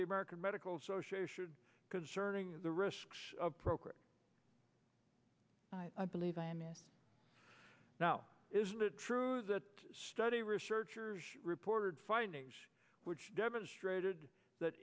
the american medical association concerning the risks of procrit i believe now isn't it true that study researchers reported findings which demonstrated that